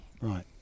Right